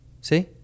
See